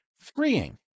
freeing